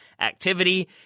activity